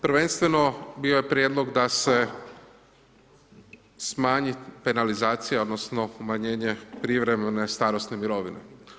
Prvenstveno, bio je prijedlog da se smanji penalizacija odnosno umanjenje privremene starosne mirovine.